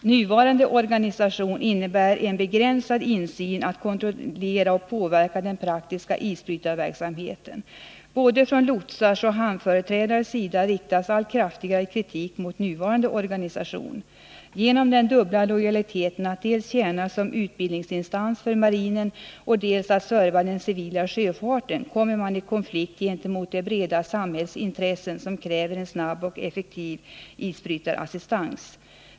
Nuvarande organisation innebär en begränsad möjlighet att få insyn, att kontrollera och påverka den praktiska isbrytarverksamheten. Både från lotsars och hamnföreträdares sida riktas allt kraftigare kritik mot nuvarande organisation. Genom den dubbla lojaliteten att dels tjäna som utbildningsinstans för marinen, dels serva den civila sjöfarten kommer man i konflikt med de breda samhällsintressena, som kräver en snabb och effektiv isbrytarassistans.